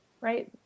right